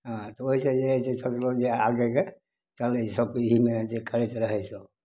आ तऽ ओहिसे जे हइ से सोचलहुॅं जे आगे के चलै सभ कोइ अहिमे जे करैत रहै सभ